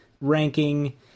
ranking